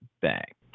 back